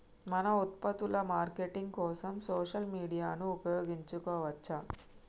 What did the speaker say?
మన ఉత్పత్తుల మార్కెటింగ్ కోసం సోషల్ మీడియాను ఉపయోగించవచ్చా?